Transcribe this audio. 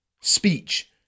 speech